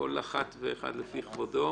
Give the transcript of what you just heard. כל אחת ואחד לפי כבודו